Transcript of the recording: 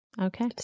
Okay